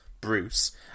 Bruce